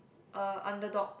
uh underdog